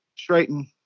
Straighten